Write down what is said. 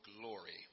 glory